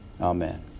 Amen